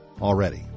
already